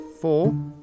four